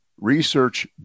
research